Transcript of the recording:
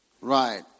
Right